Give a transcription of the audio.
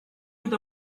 with